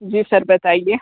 जी sir बताइए